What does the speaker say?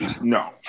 No